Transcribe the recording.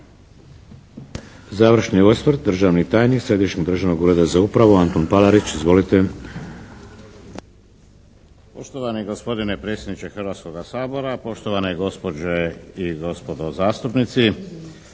Završni osvrt državni tajnik Središnjeg državnog ureda za upravu Antun Palarić. Izvolite. **Palarić, Antun** Poštovani gospodine predsjedniče Hrvatskoga sabora, poštovane gospođe i gospodo zastupnici.